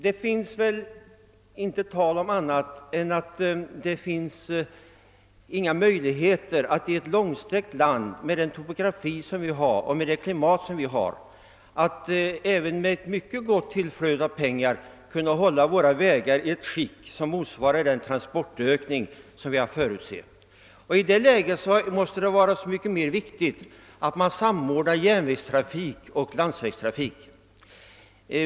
Det är väl tydligt att det inte finns möjligheter att i ett långsträckt land med den topografi och det klimat som vi har även med ett mycket stort tillflöde av pengar hålla våra vägar i ett skick som motsvarar den transportökning som vi har att förutse. I det läget måste det vara så mycket mer viktigt att man samordnar järnvägstrafik och landsvägstrafik.